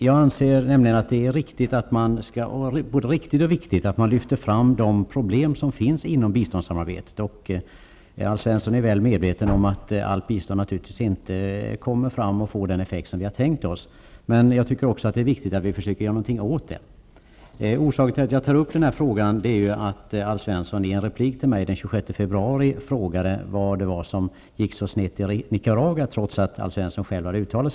Jag anser att det är både riktigt och viktigt att man lyfter fram de problem som finns inom biståndssamarbetet. Alf Svensson är väl medveten om att allt bistånd naturligtvis inte kommer fram och får den effekt som vi har tänkt oss. Men det är viktigt att vi försöker göra någonting åt saken. Orsaken till att jag har tagit upp den här frågan är att Alf Svensson i en replik till mig den 26 februari -- trots att han själv har uttalat sig i den frågan i Ex pressen -- undrade vad det var som gick så snett i Nicaragua.